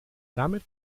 damit